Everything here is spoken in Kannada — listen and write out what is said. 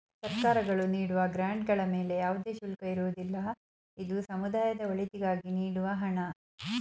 ಸರ್ಕಾರಗಳು ನೀಡುವ ಗ್ರಾಂಡ್ ಗಳ ಮೇಲೆ ಯಾವುದೇ ಶುಲ್ಕ ಇರುವುದಿಲ್ಲ, ಇದು ಸಮುದಾಯದ ಒಳಿತಿಗಾಗಿ ನೀಡುವ ಹಣ